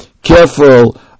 careful